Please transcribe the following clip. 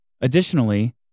Additionally